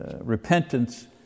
repentance